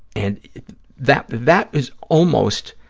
and that, that is almost